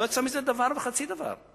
לא יצא מזה דבר וחצי דבר.